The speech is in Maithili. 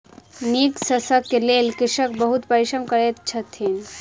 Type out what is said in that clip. नीक शस्यक लेल कृषक बहुत परिश्रम करैत अछि